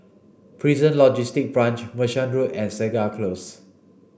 Prison Logistic Branch Merchant Road and Segar Close